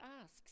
asks